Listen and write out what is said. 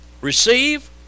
Receive